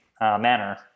manner